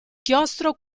chiostro